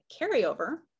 carryover